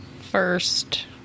first